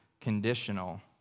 conditional